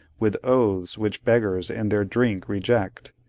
with oaths which beggars in their drink reject,